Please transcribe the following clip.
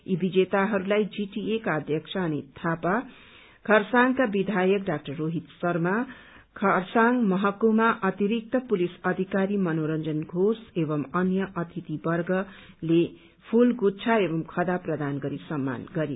यी विजेताहरूलाई जीटीएका अध्यक्ष अनित थापा खरसाङका विधायक डा रोहित शर्मा खरसाङ महकुमा अतिरिक्त पुलिस अधिकारी मनोरंजन घोष एवं अन्य अतिथिवर्गले फूल गुच्दा एवं खादा प्रदान गरी सम्मान गरे